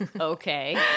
Okay